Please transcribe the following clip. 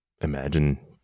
imagine